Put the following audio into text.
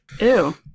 Ew